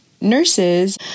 nurses